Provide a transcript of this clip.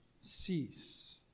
cease